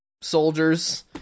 soldiers